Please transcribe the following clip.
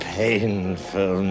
painful